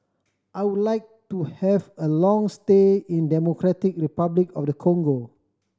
I would like to have a long stay in Democratic Republic of the Congo